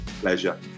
Pleasure